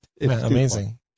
amazing